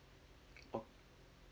okay